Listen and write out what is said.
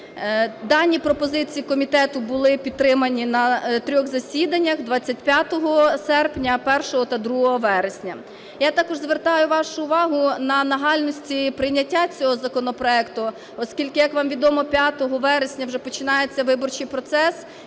Дані пропозиції комітету були підтримані на трьох засіданнях – 25 серпня, 1-го та 2-го вересня. Я також звертаю вашу увагу на нагальності прийняття цього законопроекту, оскільки, як вам відомо, 5 вересня вже починається виборчій процес,